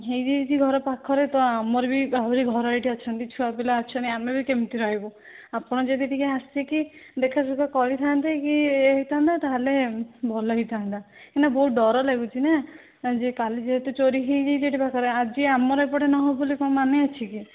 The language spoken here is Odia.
ହେଇଯାଇଛି ଘର ପାଖରେ ତ ଆମର ବି ଆହୁରି ଘର ଏଇଠି ଅଛନ୍ତି ଛୁଆପିଲା ଅଛନ୍ତି ଆମେ ବି କେମିତି ରହିବୁ ଆପଣ ଯଦି ଟିକିଏ ଆସିକି ଦେଖାସୁଖା କରିଥାନ୍ତେ କି ହେଇଥାନ୍ତା ତା'ହେଲେ ଭଲ ଲାଗିଥାନ୍ତା କାହିଁକି ନା ବହୁତ ଡର ଲାଗୁଛି ନା ଯେ କାଲି ଯେହେତୁ ଚୋରି ହେଇଯାଇଛି ଏଠି ପାଖରେ ଆଜି ଆମର ଏପଟେ ନହେବ ବୋଲି କ'ଣ ମାନେ ଅଛି କି